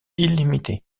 illimité